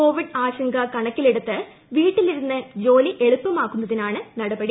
Covid ആശങ്ക കണക്കിലെടുത്ത് ്വീട്ടിലിരുന്ന് ജോലി എളുപ്പമാക്കുന്നതി നാണ് നടപടി